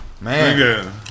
Man